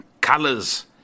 colors